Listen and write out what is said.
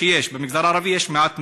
במגזר הערבי יש מעט מאוד,